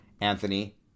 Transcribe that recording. Anthony